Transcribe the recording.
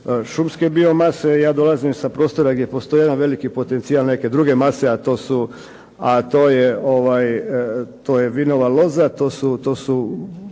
šumske bio mase, ja dolazim s područja gdje postoji veliki potencijal neke druge mase a to je vinova loza, to su